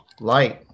Light